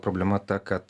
problema ta kad